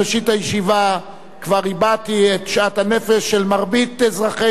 בראשית הישיבה כבר הבעתי את שאט הנפש של מרבית אזרחי